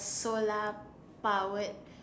solar powered